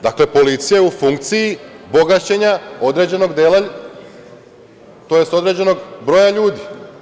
Dakle, policija je u funkciji bogaćenja određenog dela tj. određenog broja ljudi.